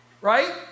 Right